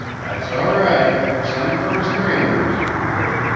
that's all right. send for mr. andrews if you wish,